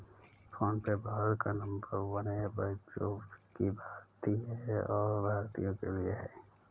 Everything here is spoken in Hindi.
फोन पे भारत का नंबर वन ऐप है जो की भारतीय है और भारतीयों के लिए है